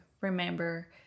remember